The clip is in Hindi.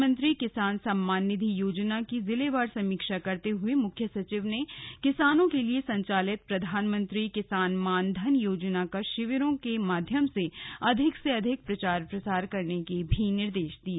प्रधानमंत्री किसान सम्मान निधि योजना की जिलेवार समीक्षा करते हुए मुख्य सचिव ने किसानों के लिए संचालित प्रधानमंत्री किसान मानधन योजना का शिविरों के माध्यम से अधिक से अधिक प्रचार प्रसार करने के निर्देश भी दिये